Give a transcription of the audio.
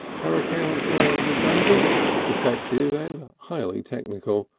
her account was redundant, defective and highly technical,